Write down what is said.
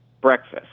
breakfast